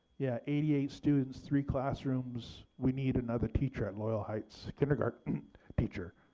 yeah, eighty eight students three classrooms we need another teacher at loyal heights kindergarten teacher.